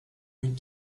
une